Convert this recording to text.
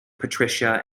patricia